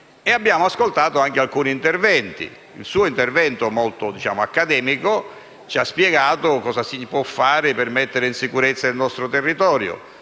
Abbiamo ascoltato anche alcuni interventi. Il suo intervento, molto accademico, ci ha spiegato cosa si può fare per mettere in sicurezza il nostro territorio